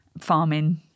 farming